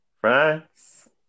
France